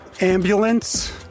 ambulance